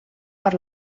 per